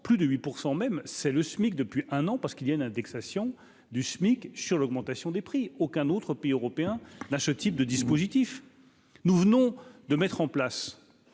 plus de 8 % même c'est le SMIC depuis un an, parce qu'il y a une indexation du SMIC sur l'augmentation des prix, aucun autre pays européen, là, ce type de dispositif, nous venons de mettre en place